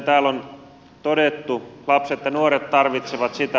lapset ja nuoret tarvitsevat sitä